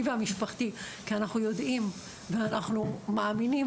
והמשפחתי כי אנחנו יודעים ואנחנו מאמינים,